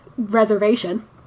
Reservation